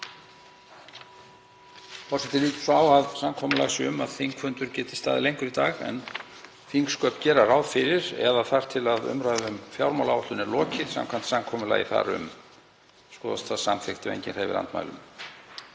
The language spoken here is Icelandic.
lítur svo á að samkomulag sé um að þingfundur geti staðið lengur í dag en þingsköp gera ráð fyrir eða þar til umræðu um fjármálaáætlun er lokið samkvæmt samkomulagi þar um. Skoðast það samþykkt ef enginn hreyfir andmælum.